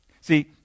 See